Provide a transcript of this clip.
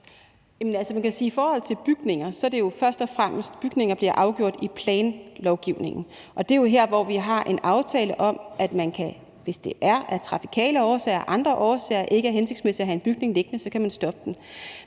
først og fremmest sige, at i forhold til bygninger bliver det afgjort i planlovgivningen, og det er jo her, hvor vi har en aftale om, at hvis det af trafikale årsager eller af andre årsager ikke er hensigtsmæssigt at have en bygning liggende, kan man stoppe den.